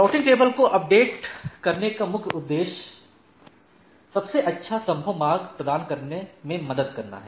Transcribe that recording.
routing table को update करने का मुख्य उद्देश्य सबसे अच्छा संभव मार्ग प्रदान करने में मदद करना है